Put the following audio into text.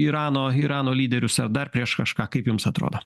irano irano lyderius ar dar prieš kažką kaip jums atrodo